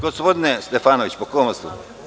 Gospodine Stefanoviću, po kom osnovu?